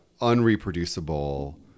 unreproducible